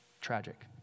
Tragic